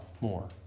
more